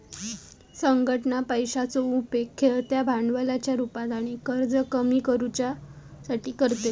संघटना पैशाचो उपेग खेळत्या भांडवलाच्या रुपात आणि कर्ज कमी करुच्यासाठी करतली